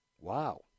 Wow